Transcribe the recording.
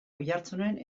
oiartzunen